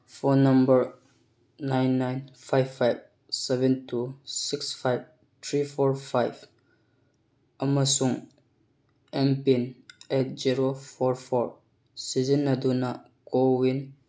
phone number nine nine five five seven two six five three four five ꯑꯃꯁꯨꯡ MPIN eight zero four four ꯁꯤꯖꯤꯟꯅꯗꯨꯅ CoWIN